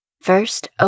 First